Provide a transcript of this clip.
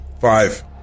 Five